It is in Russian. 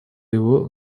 его